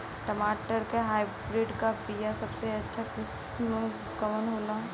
टमाटर के हाइब्रिड क बीया सबसे अच्छा किस्म कवन होला?